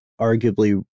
arguably